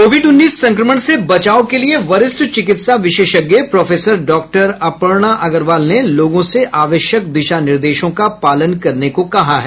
Covid उन्नीस संक्रमण से बचाव के लिए वरिष्ठ चिकित्सा विशेषज्ञ प्रोफेसर डॉक्टर अपर्णा अग्रवाल ने लोगों से आवश्यक दिशा निर्देशों का पालन करने को कहा है